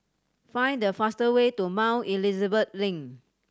find the fastest way to Mount Elizabeth Link